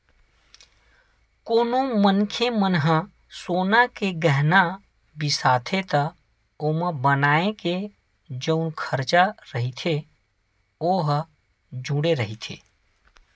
कोनो मनखे मन ह सोना के गहना बिसाथे त ओमा बनाए के जउन खरचा रहिथे ओ ह जुड़े रहिथे